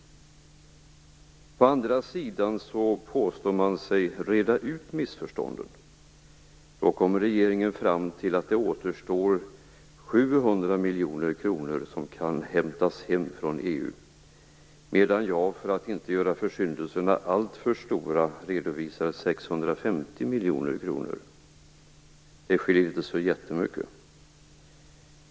Sedan påstår man sig reda ut missförstånden. Då kommer regeringen fram till att det återstår 700 miljoner kronor som kan hämtas hem från EU, medan jag, för att inte göra försyndelserna alltför stora, redovisar 650 miljoner kronor. Det skiljer inte så jättemycket.